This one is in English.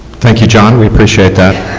thank you, john, we appreciate that.